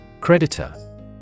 Creditor